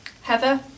Heather